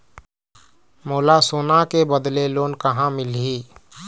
मोला सोना के बदले लोन कहां मिलही?